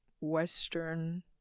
western